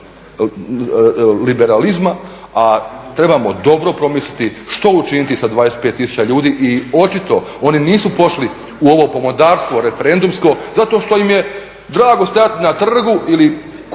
liberalizma. A trebamo dobro promisliti što učiniti sa 25 tisuća ljudi i očito oni pošli u ovo pomodarstvo referendumsko zato što im je drago stajati na trgu ili